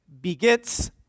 begets